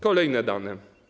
Kolejne dane.